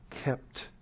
kept